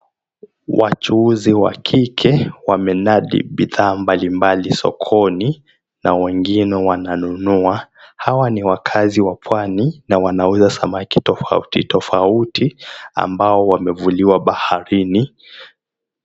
Wachuuzi wa kike wamenadi bidhaa mbalimbali sokoni na wengine wananunua. Hawa ni wakazi wa pwani na wanauza samaki tofauti tofauti ambao wamevuliwa baharini.